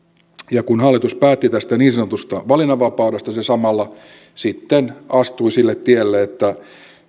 ja kun hallitus päätti tästä niin sanotusta valinnanvapaudesta se samalla sitten astui sille tielle että